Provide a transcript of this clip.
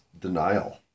denial